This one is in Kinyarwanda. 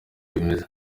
bimeze